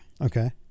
Okay